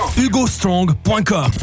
HugoStrong.com